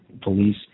police